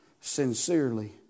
sincerely